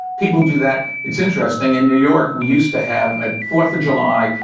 people do that. it's interesting. in new york, we used to have a fourth of july,